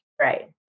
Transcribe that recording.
Right